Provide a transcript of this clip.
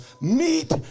meet